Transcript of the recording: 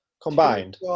Combined